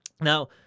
Now